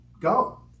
go